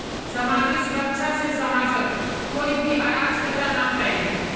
समाजेर सुरक्षा से समाजत कोई भी अराजकता ना फैले